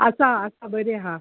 आसा आसा बरें आहा